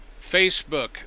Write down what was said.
Facebook